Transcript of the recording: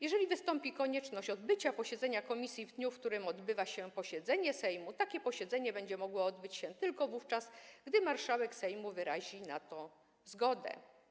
Jeżeli wystąpi konieczność odbycia posiedzenia komisji w dniu, w którym odbywa się posiedzenie Sejmu, takie posiedzenie będzie mogło odbyć się tylko wówczas, gdy marszałek Sejmu wyrazi na to zgodę.